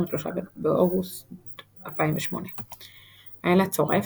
23 באוגוסט 2008 איילה צורף,